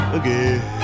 again